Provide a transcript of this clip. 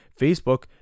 Facebook